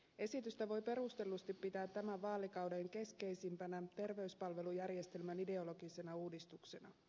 esitystä voi perustellusti pitää tämän vaalikauden keskeisimpänä terveyspalvelujärjestelmän ideologisena uudistuksena